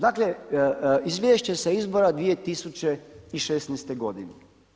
Dakle, izvješće sa izbora 2016. godine.